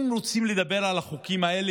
אם רוצים לדבר על החוקים האלה,